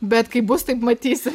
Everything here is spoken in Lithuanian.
bet kai bus taip matysi